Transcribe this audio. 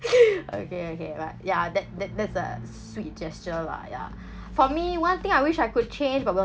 okay okay but ya that that that's a sweet gesture lah ya for me one thing I wish I could change but will